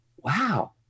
wow